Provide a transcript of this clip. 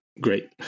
great